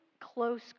close